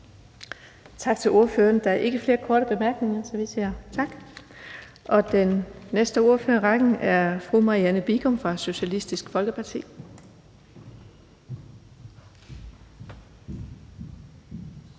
Tak til ordføreren. Der er ikke flere korte bemærkninger. Den næste ordfører i rækken er fru Marianne Bigum fra Socialistisk Folkeparti.